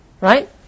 right